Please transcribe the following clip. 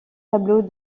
tableaux